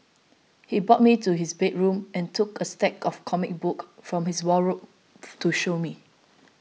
he brought me to his bedroom and took a stack of comic books from his wardrobe to show me